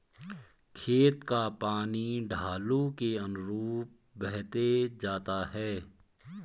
खेत का पानी ढालू के अनुरूप बहते जाता है